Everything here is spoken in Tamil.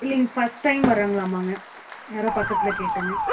இல்லிங்க ஃபர்ஸ்ட் டைம் வராங்கலாமாங்க யாரோ பக்கத்தில் கேட்டுங்க